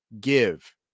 Give